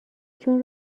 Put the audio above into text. چون